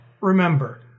remember